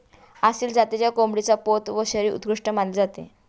आसिल जातीच्या कोंबडीचा पोत व शरीर उत्कृष्ट मानले जाते